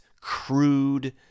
crude